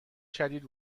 شدید